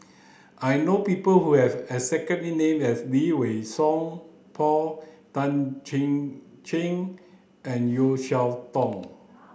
I know people who have the exact name as Lee Wei Song Paul Tan Chin Chin and Yeo Cheow Tong